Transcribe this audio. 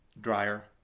dryer